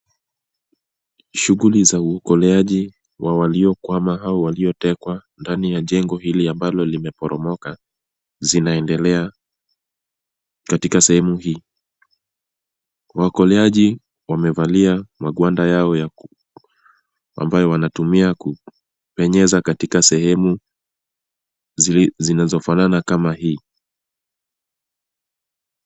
Shughuli za uokoleaji wa waliokwama au waliotekwa ndani ya jengo hili ambalo limeporomoka, zinaendelea katika sehemu hii. Waokoleaji wamevalia magwanda yao ambayo wanatumia kupenyeza katika sehemu zinazofanana kama hii.